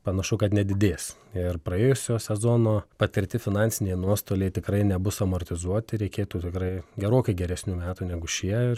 panašu kad nedidės ir praėjusio sezono patirti finansiniai nuostoliai tikrai nebus amortizuoti reikėtų tikrai gerokai geresnių metų negu šie ir